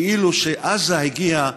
כאילו שעזה הגיעה,